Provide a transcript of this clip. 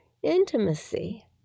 Intimacy